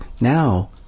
Now